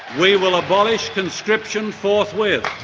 we will abolish conscription forthwith.